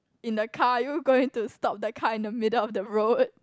in the car you going to stop the car in the middle of the road